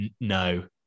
no